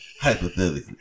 Hypothetically